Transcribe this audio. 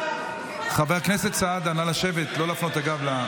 חבר הכנסת סעדה, נא לשבת, לא להפנות את הגב.